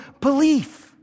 belief